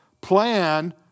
Plan